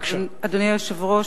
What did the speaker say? אדוני היושב-ראש